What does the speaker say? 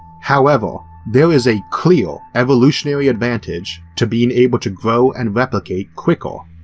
however there is a clear evolutionary advantage to being able to grow and replicate quicker,